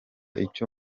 icyo